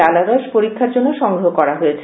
লালারস পরীক্ষার জন্য সংগ্রহ করা হয়েছে